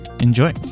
enjoy